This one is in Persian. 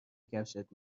کفشت